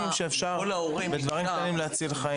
שבאמצעותם אפשר להציל חיים.